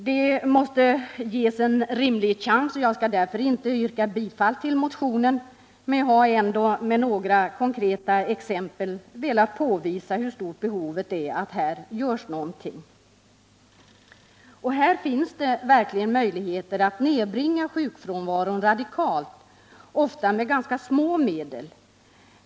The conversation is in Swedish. De måste ges en rimlig chans, och jag skall därför inte yrka bifall till motionen, men jag har ändå velat med konkreta exempel påvisa hur stort behovet är att det görs någonting. Här finns det verkligen möjligheter att nedbringa sjukfrånvaron radikalt, ofta med ganska små medel.